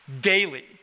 daily